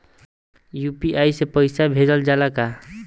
UPI से पईसा भेजल जाला का?